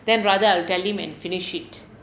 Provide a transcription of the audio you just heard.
then rather I will tell him and finish it